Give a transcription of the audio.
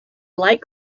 light